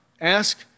ask